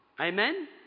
Amen